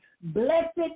blessed